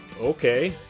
okay